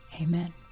Amen